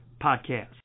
podcast